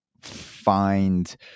find